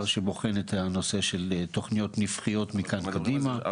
שבוחן את הנושא של תוכניות נפחיות מכאן קדימה.